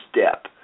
step